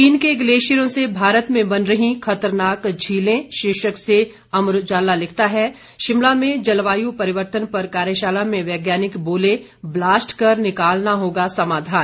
चीन के ग्लेशियरों से भारत में बन रहीं खतरनाक झीलें शीर्षक से अमर उजाला लिखता है शिमला में जलवायु परिवर्तन पर कार्यशाला में वैज्ञानिक बोले ब्लास्ट कर निकालना होगा समाधान